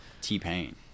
T-Pain